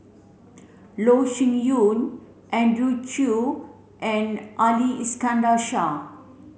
Loh Sin Yun Andrew Chew and Ali Iskandar Shah